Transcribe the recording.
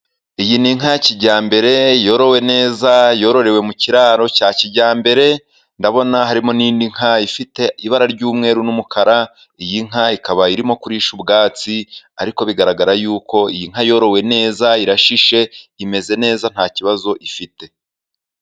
Iyi ni inka ya kijyambere, yorowe neza, yororewe mu kiraro cya kijyambere, ndabona harimo n'indi nka ifite ibara ry'umweru n'umukara, iyi nka ikaba irimo kurisha ubwatsi, ariko bigaragara yuko iyi nka yorowe neza, irashishe imeze neza nta kibazo ifite.